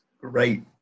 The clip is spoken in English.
great